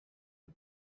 and